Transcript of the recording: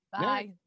Bye